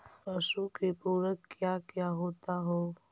पशु के पुरक क्या क्या होता हो?